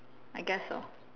I guess so